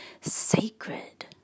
sacred